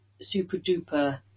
super-duper